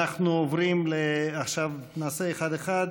עכשיו נעשה אחד-אחד.